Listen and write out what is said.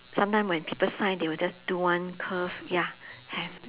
sometime when people sign they will just do one curve ya have